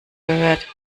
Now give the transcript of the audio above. gehört